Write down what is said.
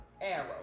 arrow